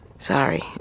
sorry